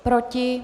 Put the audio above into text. Proti?